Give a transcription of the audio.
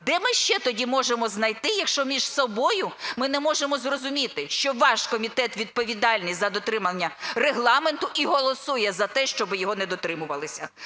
Де ми ще тоді можемо знайти, якщо між собою ми не можемо зрозуміти, що ваш комітет відповідальний за дотримання Регламенту і голосує за те, щоб його не дотримувалися?